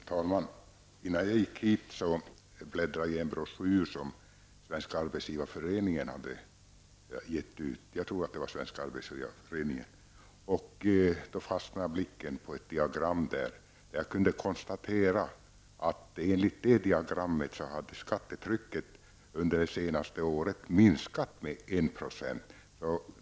Herr talman! Innan jag gick hit bläddrade jag i en broschyr som jag tror att Svenska arbetsgivareföreningen har gett ut. Blicken fastnade på ett diagram som visade att skattetrycket under det senaste året hade minskat med 1 %.